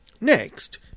Next